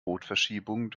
rotverschiebung